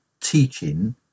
teaching